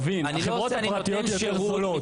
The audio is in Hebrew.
החברות הפרטיות יותר זולות.